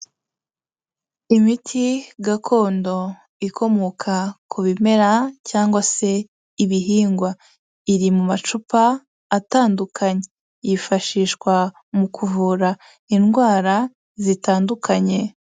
Imiti gakondo ikomoka ku bimera cyangwa se ibihingwa, iri mu macupa atandukanye, yifashishwa mu kuvura indwara zitandukanye.